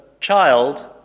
child